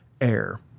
Air